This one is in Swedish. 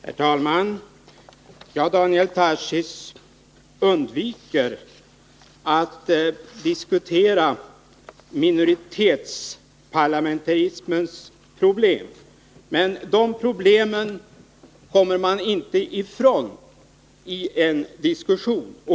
Fru talman! Daniel Tarschys undviker att diskutera minoritetsparlamentarismens problem, men de problemen kommer man inte ifrån i dagens situation.